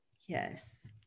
Yes